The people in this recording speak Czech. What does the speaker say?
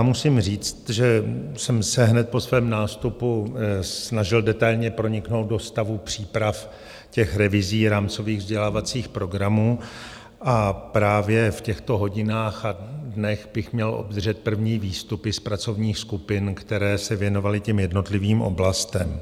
Musím říct, že jsem se hned po svém nástupu snažil detailně proniknout do stavu příprav těch revizí rámcových vzdělávacích programů a právě v těchto hodinách a dnech bych měl obdržet první výstupy z pracovních skupin, které se věnovaly těm jednotlivým oblastem.